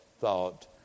thought